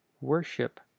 worship